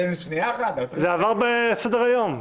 זה עבר בסדר היום.